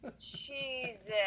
Jesus